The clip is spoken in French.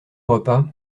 repas